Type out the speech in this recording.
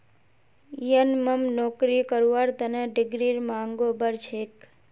यनमम नौकरी करवार तने डिग्रीर मांगो बढ़ छेक